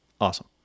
Awesome